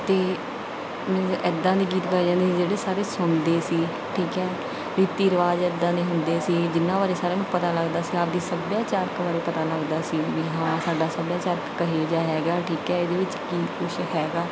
ਅਤੇ ਮੀਨਜ਼ ਇੱਦਾਂ ਦੇ ਗੀਤ ਗਾਏ ਜਾਂਦੇ ਸੀ ਜਿਹੜੇ ਸਾਰੇ ਸੁਣਦੇ ਸੀ ਠੀਕ ਹੈ ਰੀਤੀ ਰਿਵਾਜ ਇੱਦਾਂ ਦੇ ਹੁੰਦੇ ਸੀ ਜਿਹਨਾਂ ਬਾਰੇ ਸਾਰਿਆਂ ਨੂੰ ਪਤਾ ਲੱਗਦਾ ਸੀ ਆਪ ਦੀ ਸੱਭਿਆਚਾਰਕ ਬਾਰੇ ਪਤਾ ਲੱਗਦਾ ਸੀ ਵੀ ਹਾਂ ਸਾਡਾ ਸੱਭਿਆਚਾਰਕ ਕਿਹੋ ਜਿਹਾ ਹੈਗਾ ਠੀਕ ਹੈ ਇਹਦੇ ਵਿੱਚ ਕੀ ਕੁਛ ਹੈਗਾ